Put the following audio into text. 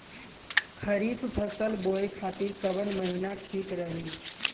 खरिफ फसल बोए खातिर कवन महीना ठीक रही?